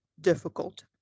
difficult